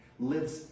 lives